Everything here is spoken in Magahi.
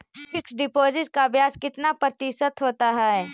फिक्स डिपॉजिट का ब्याज दर कितना प्रतिशत होब है?